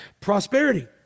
prosperity